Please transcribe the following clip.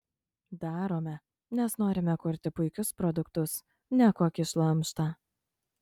darome nes norime kurti puikius produktus ne kokį šlamštą